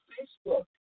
Facebook